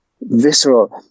visceral